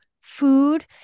food